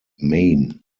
maine